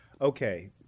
Okay